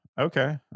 okay